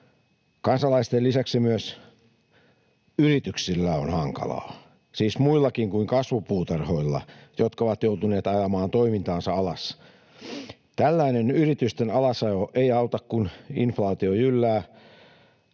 Kansalaisten lisäksi myös yrityksillä on hankalaa, siis muillakin kuin kasvipuutarhoilla, jotka ovat joutuneet ajamaan toimintaansa alas. Tällainen yritysten alasajo ei auta, kun inflaatio jyllää,